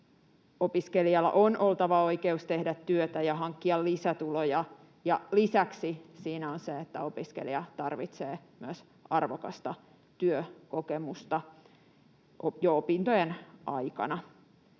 Opiskelijalla on oltava oikeus tehdä työtä ja hankkia lisätuloja, ja lisäksi siinä on se, että opiskelija tarvitsee myös arvokasta työkokemusta jo opintojen aikana.